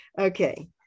Okay